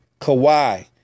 Kawhi